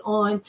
on